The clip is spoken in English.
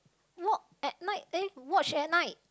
walk at night eh watch at night